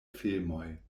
filmoj